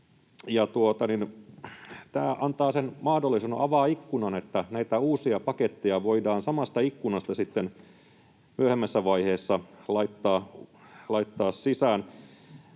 tämä antaa sen mahdollisuuden, avaa ikkunan, että näitä uusia paketteja voidaan samasta ikkunasta sitten myöhemmässä vaiheessa laittaa sisään.